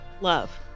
Love